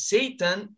Satan